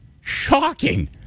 shocking